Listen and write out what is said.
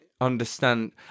understand